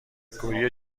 کوری